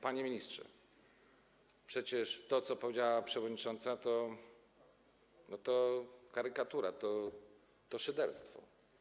Panie ministrze, przecież to, co powiedziała przewodnicząca, to karykatura, to szyderstwo.